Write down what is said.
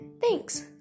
thanks